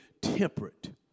temperate